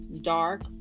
dark